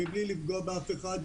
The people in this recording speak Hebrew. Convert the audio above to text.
מבלי לפגוע באף אחד,